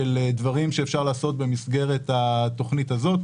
של דברים שאפשר לעשות במסגרת התוכנית הזאת,